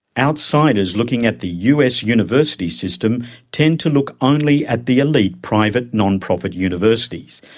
outsiders looking at the us university system tend to look only at the elite private non-profit universities,